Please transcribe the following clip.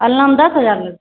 अलनामे दस हजार